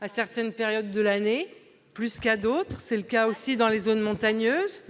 à certaines périodes de l'année plus qu'à d'autres- c'est le cas aussi dans les zones montagneuses.